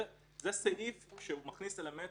זה סעיף שמכניס אלמנט